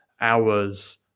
hours